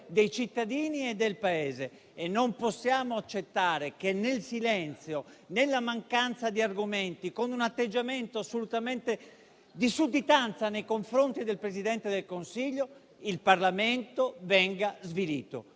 dei cittadini e del Paese. Non possiamo accettare che nel silenzio e nella mancanza di argomenti, con un atteggiamento assolutamente di sudditanza nei confronti del Presidente del Consiglio, il Parlamento venga svilito.